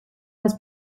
bez